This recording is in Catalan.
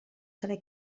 saber